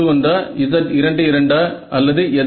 Z11 ஆ Z22 ஆ அல்லது எதை